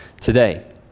today